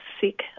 sick